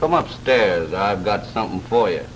come up stairs i've got something for y